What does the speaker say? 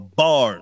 bars